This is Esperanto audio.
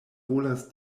volas